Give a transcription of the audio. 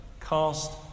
cast